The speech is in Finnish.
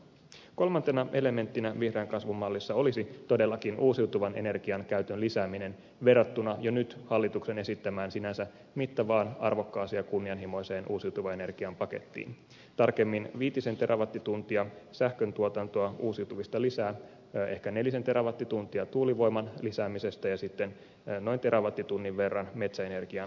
kolmantena elementtinä vihreän kasvun mallissa olisi todellakin uusiutuvan energian käytön lisääminen verrattuna jo nyt hallituksen esittämään sinänsä mittavaan arvokkaaseen ja kunnianhimoiseen uusiutuvan energian pakettiin tarkemmin viitisen terawattituntia sähköntuotantoa uusiutuvista lisää ehkä nelisen terawattituntia tuulivoiman lisäämisestä ja sitten noin terawattitunnin verran metsäenergian käytön kautta